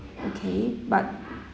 okay but